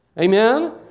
Amen